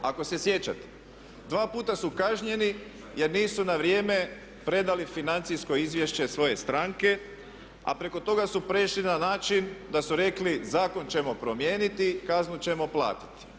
Ako se sjećate, dva puta su kažnjeni jer nisu na vrijeme predali financijsko izvješće svoje stranke, a preko toga su prešli na način da su rekli Zakon ćemo promijeniti, kaznu ćemo platiti.